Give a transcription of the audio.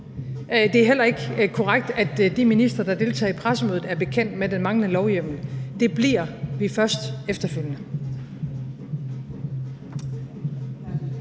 Det er heller ikke korrekt, at de ministre, der deltager i pressemødet, er bekendt med den manglende lovhjemmel – det bliver vi først efterfølgende.